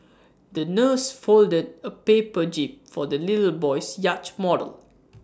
the nurse folded A paper jib for the little boy's yacht model